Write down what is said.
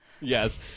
Yes